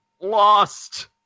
lost